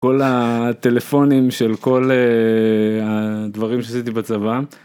כל הטלפונים של כל הדברים שעשיתי בצבא.